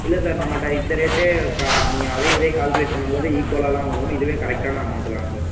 இல்லை சார் நம்மள்கிட்ட இந்த ரேட்டே கா நீங்கள் அதையும் இதையும் கால்குலேட் பண்ணும் போது ஈக்குவலாக தான் வரும் இதுவே கரெக்டான அமௌண்டு தான் சார்